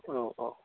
औ अ